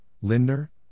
Lindner